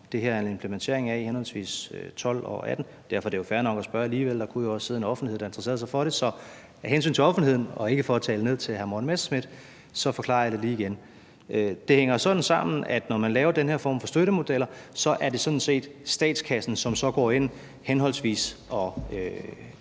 det her er en implementering af, i henholdsvis 2012 og 2018. Derfor er det jo fair nok at spørge alligevel, for der kunne jo også sidde en offentlighed, der interesserede sig for det. Så af hensyn til offentligheden – og ikke for at tale ned til hr. Morten Messerschmidt – forklarer jeg det lige igen: Det hænger sådan sammen, at når man laver den her form for støttemodel, er det sådan set statskassen, som så går ind og henholdsvis